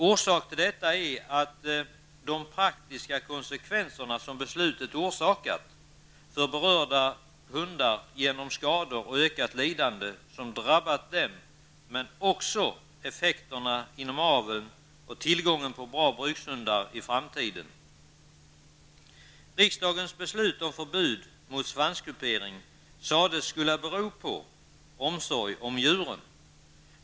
Orsak till detta är de praktiska konsekvenser som beslutet fått för berörda hundar genom skador och ökat lidande som drabbat dem, men också genom effekterna inom aveln och tillgången på bra brukshundar i framtiden. Riksdagens beslut om förbud mot svanskupering sades bero på omsorg om djuren.